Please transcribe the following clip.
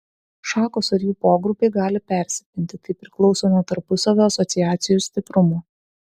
šakos ar jų pogrupiai gali persipinti tai priklauso nuo tarpusavio asociacijų stiprumo